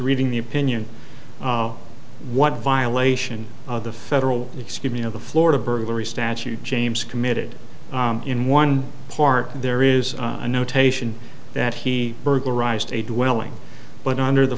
reading the opinion of what violation of the federal excuse me of the florida burglary statute james committed in one part there is a notation that he burglarized a dwelling but under the